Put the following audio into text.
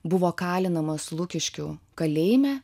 buvo kalinamas lukiškių kalėjime